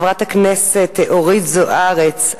חברת הכנסת אורית זוארץ,